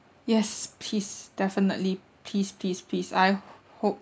yes please definitely please please please I hope